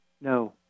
No